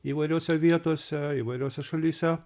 įvairiose vietose įvairiose šalyse